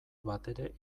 batere